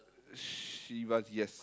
Chivas yes